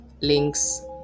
links